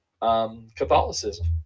Catholicism